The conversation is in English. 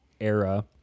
era